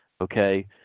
okay